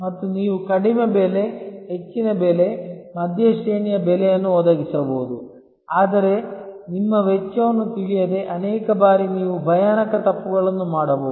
ಮತ್ತು ನೀವು ಕಡಿಮೆ ಬೆಲೆ ಹೆಚ್ಚಿನ ಬೆಲೆ ಮಧ್ಯ ಶ್ರೇಣಿಯ ಬೆಲೆಯನ್ನು ಒದಗಿಸಬಹುದು ಆದರೆ ನಿಮ್ಮ ವೆಚ್ಚವನ್ನು ತಿಳಿಯದೆ ಅನೇಕ ಬಾರಿ ನೀವು ಭಯಾನಕ ತಪ್ಪುಗಳನ್ನು ಮಾಡಬಹುದು